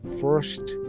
first